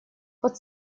под